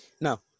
Now